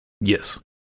Yes